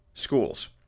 Schools